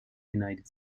united